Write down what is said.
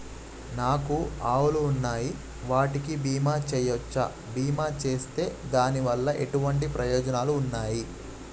నాకు ఆవులు ఉన్నాయి వాటికి బీమా చెయ్యవచ్చా? బీమా చేస్తే దాని వల్ల ఎటువంటి ప్రయోజనాలు ఉన్నాయి?